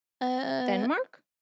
Denmark